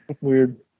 Weird